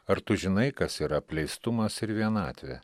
ar tu žinai kas yra apleistumas ir vienatvė